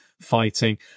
Fighting